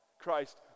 christ